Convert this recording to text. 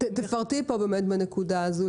תפרטי פה באמת לגבי הנקודה הזו.